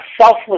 selfless